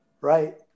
Right